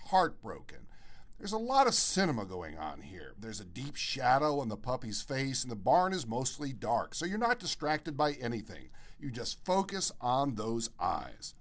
heartbroken there's a lot of cinema going on here there's a deep shadow in the puppies face in the barn is mostly dark so you're not distracted by anything you just focus on those eyes